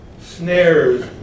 snares